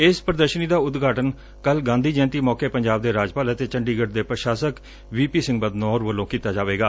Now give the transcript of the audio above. ਇਸ ਪ੍ਦਰਸ਼ਨੀ ਦਾ ਉਦਘਾਟਨ ਕੱਲੁ ਗਾਂਧੀ ਜਯੰਤੀ ਮੌਕੇ ਪੰਜਾਬ ਦੇ ਰਾਜਪਾਲ ਅਤੇ ਚੰਡੀਗੜੁ ਦੇ ਪ੍ਸਸਾਸਕ ਵੀ ਪੀ ਸਿੰਘ ਬਦਨੌਰ ਕੀਤਾ ਜਾਵੇਗਾ